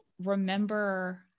remember